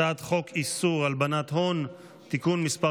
הצעת חוק איסור הלבנת הון (תיקון מס'